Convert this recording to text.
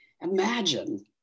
Imagine